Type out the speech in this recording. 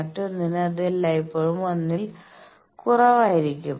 മറ്റൊന്നിന് അത് എല്ലായ്പ്പോഴും 1 ൽ കുറവായിരിക്കും